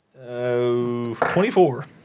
24